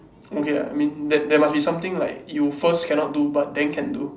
okay ah I mean there there must be something like you first cannot do but then can do